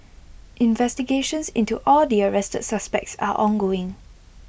investigations into all the arrested suspects are ongoing